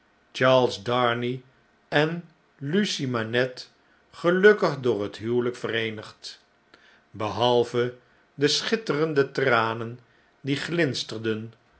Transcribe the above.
charles darnay en lucie manette gelukkig door het huwelijk vereenigd behalve de schitterende tranen die glinsterden